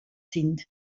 sind